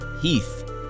Heath